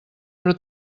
però